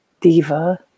diva